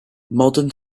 modern